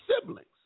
siblings